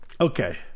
Okay